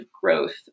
growth